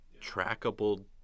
trackable